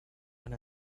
and